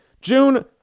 June